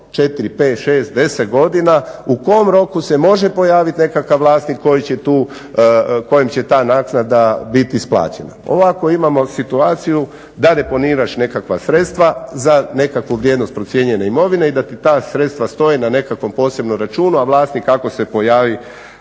4, 5, 6, 10 godina u kom roku se može pojaviti nekakav vlasnik koji će tu, kojem će ta naknada biti isplaćena. Ovako imamo situaciju da deponiraš nekakva sredstva za nekakvu vrijednost procijenjene imovine i da ti ta sredstva stoje na nekakvom posebnom računu, a vlasnik ako se pojavi